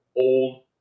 old